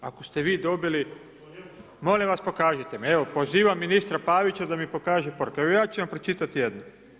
Ako ste vi dobili molim vas pokažite mi, evo, pozivam ministra Pavića da mi pokaže poruke, evo ja ću vam pročitati jednu.